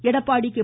Edappadi K